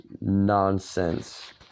nonsense